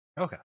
Okay